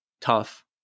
tough